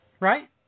right